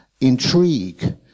Intrigue